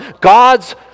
God's